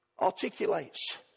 articulates